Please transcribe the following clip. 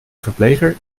verpleger